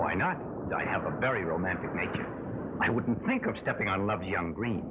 why not i have a very romantic i wouldn't think of stepping i love young green